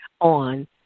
on